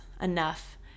enough